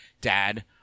dad